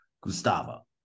Gustavo